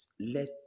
let